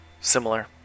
similar